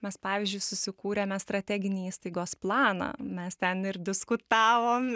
mes pavyzdžiui susikūrėme strateginį įstaigos planą mes ten ir diskutavom